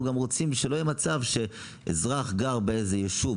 אנחנו גם רוצים שלא יהיה מצב שאזרח גר באיזה יישוב,